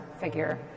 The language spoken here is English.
figure